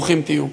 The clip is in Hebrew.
ברוכים תהיו.